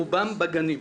רובם בגנים.